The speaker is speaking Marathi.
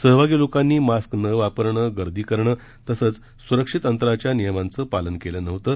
सहभागी लोकांनी मास्क न वापरणं गर्दी करणं तसंच सुरक्षित अंतराच्या नियमांचं पालन केलं नव्हतं